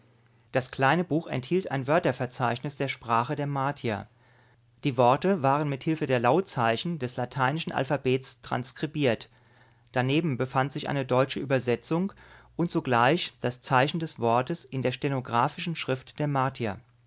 das kleine buch enthielt ein wörterverzeichnis der sprache der martier die worte waren mit hilfe der lautzeichen des lateinischen alphabets transkribiert daneben befand sich eine deutsche übersetzung und zugleich das zeichen des wortes in der stenographischen schrift der martier